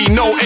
no